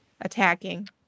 attacking